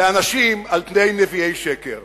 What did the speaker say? לאנשים על פני נביאי שקר.